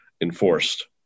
enforced